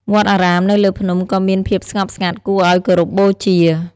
វត្តអារាមនៅលើភ្នំក៏មានភាពស្ងប់ស្ងាត់គួរឲ្យគោរពបូជា។